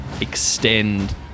extend